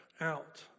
out